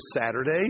Saturday